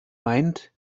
meint